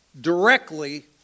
directly